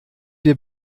wir